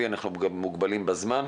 אנחנו גם מוגבלים בזמן.